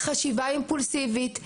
חשיבה אימפולסיבית,